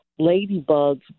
ladybugs